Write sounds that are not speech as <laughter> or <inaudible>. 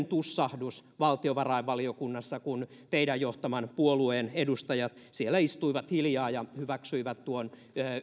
<unintelligible> tussahdus valtiovarainvaliokunnassa kun teidän johtamanne puolueen edustajat siellä istuivat hiljaa ja hyväksyivät tuon